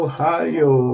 Ohio